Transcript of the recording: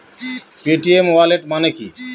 Paytm wallet মানে কি?